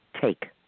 take